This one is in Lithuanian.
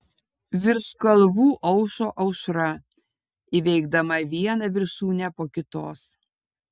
virš kalvų aušo aušra įveikdama vieną viršūnę po kitos